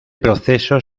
proceso